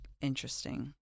interesting